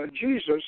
Jesus